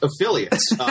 affiliates